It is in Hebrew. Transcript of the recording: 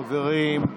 חברים,